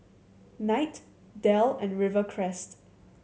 Knight Dell and Rivercrest